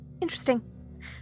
Interesting